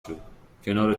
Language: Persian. شد، کنار